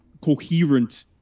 coherent